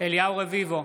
אליהו רביבו,